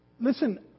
listen